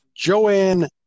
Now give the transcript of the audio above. Joanne